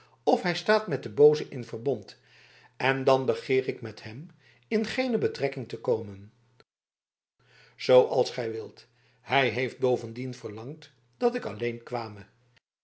f hij staat met den booze in verbond en dan begeer ik met hem in geene betrekking te komen zooals gij wilt hij heeft bovendien verlangd dat ik alleen kwame